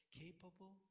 capable